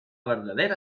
verdadera